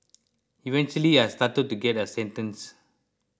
eventually I started to get a sentence